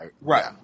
Right